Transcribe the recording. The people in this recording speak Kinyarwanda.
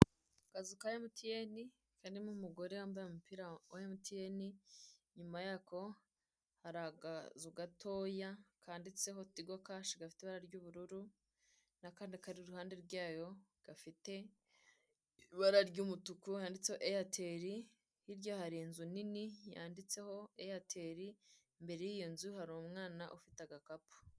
Akazu ka emutiyeni karimo umugore wambaye umupira wa emutiyeni, inyuma yako hari akazu gatoya kanditseho tigokashi gafite ibara ry'ubururu n'akandi kari iruhande ryayo gafite ibara ry'umutuku, handitse eyateri, hiryo hari inzu nini yanditseho eyeteri, imbere y'iyo nzu hari umwana ufite agakapu.